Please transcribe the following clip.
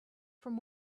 from